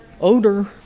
odor